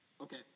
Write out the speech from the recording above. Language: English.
okay